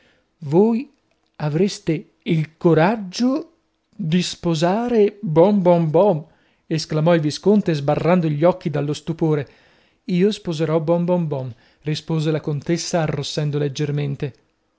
voi avreste il coraggio di sposare bom bom bom esclamò il visconte sbarrando gli occhi dallo stupore io sposerò bom bom bom rispose la contessa arrossendo leggermente